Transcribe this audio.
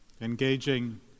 Engaging